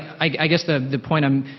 i guess the the point i'm,